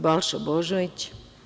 Balša Božović.